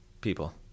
people